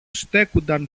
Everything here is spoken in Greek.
στέκουνταν